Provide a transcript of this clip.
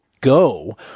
go